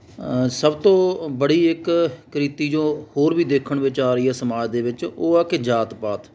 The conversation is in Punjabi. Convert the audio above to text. ਸਭ ਤੋਂ ਬੜੀ ਇੱਕ ਕੁਰੀਤੀ ਜੋ ਹੋਰ ਵੀ ਦੇਖਣ ਵਿੱਚ ਆ ਰਹੀ ਆ ਸਮਾਜ ਦੇ ਵਿੱਚ ਉਹ ਆ ਕਿ ਜਾਤ ਪਾਤ